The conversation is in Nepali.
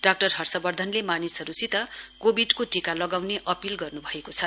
डा हर्षवर्धनले मानिसहरुसित कोविडको टीका लगाउने अपील गर्नुभएको छ